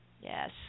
Yes